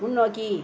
முன்னோக்கி